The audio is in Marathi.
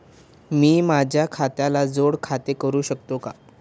मी माझ्या खात्याला जोड खाते करू शकतो का?